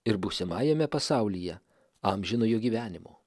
ir būsimajame pasaulyje amžinojo gyvenimo